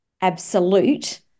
absolute